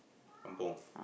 kampung